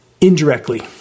Indirectly